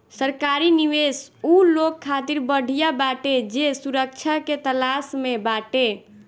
सरकारी निवेश उ लोग खातिर बढ़िया बाटे जे सुरक्षा के तलाश में बाटे